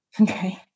Okay